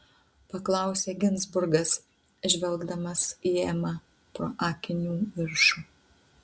paklausė ginzburgas žvelgdamas į emą pro akinių viršų